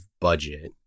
budget